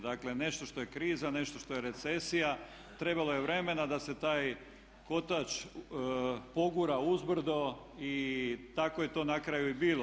Dakle, nešto što je kriza, nešto što je recesija trebalo je vremena da se taj kotač pogura uzbrdo i tako je to na kraju i bilo.